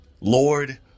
Lord